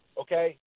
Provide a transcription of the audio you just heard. okay